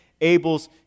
Abel's